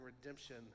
redemption